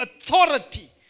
authority